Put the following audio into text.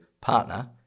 partner